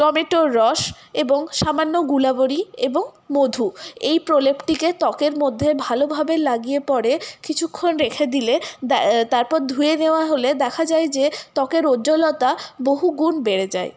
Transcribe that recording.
টমেটোর রস এবং সামান্য গুলাবরি এবং মধু এই প্রলেপটিকে ত্বকের মধ্যে ভালোভাবে লাগিয়ে পরে কিছুক্ষণ রেখে দিলে তারপর ধুয়ে নেওয়া হলে দেখা যায় যে ত্বকের ঔজ্জ্বলতা বহুগুণ বেড়ে যায়